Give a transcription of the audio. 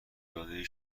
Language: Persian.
داده